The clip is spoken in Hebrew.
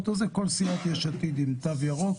כל סיעת יש עתיד עם תו ירוק,